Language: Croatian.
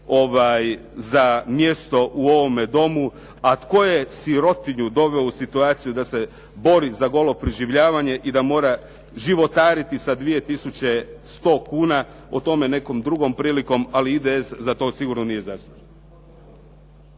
za mjesto u ovome Domu, a tko je sirotinju doveo u situaciju da se bori za golo preživljavanje i da mora životariti sa 2100 kuna o tome nekom drugom prilikom. Ali IDS za to sigurno nije zaslužan.